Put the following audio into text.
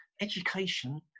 education